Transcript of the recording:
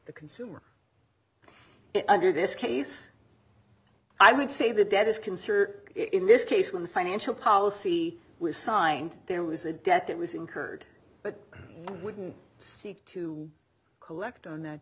the consumer under this case i would say the dead is concert in this case when the financial policy was signed there was a debt that was incurred but wouldn't seek to collect on th